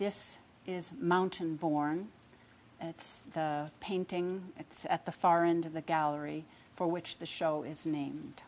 this is mountain born it's the painting it's at the far end of the gallery for which the show is named